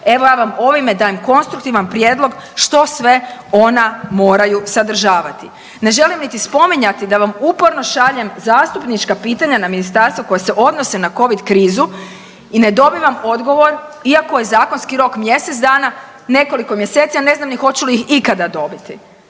evo ja vam ovime dajem konstruktivan prijedlog što sve ona moraju sadržavati. Ne želim niti spominjati da vam uporno šaljem zastupnička pitanja na ministarstvo koja se odnose na covid krizu i ne dobivam odgovor, iako je zakonski rok mjesec dana, nekoliko mjeseci, ja ne znam hoću li ih ikada dobiti.